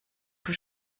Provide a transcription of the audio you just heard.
que